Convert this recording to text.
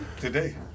Today